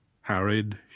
Harried